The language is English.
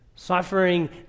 Suffering